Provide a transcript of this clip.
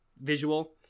Visual